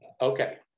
Okay